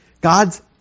God's